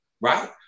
right